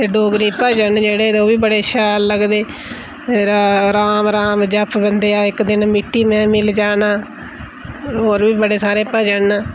डोगरी भजन जेह्डे़ ते ओह् बी बडे़ शैल लगदे र राम राम जप बंदेआ इक दिन मिट्टी में मिल जाना और बी बडे़ सारे भजन न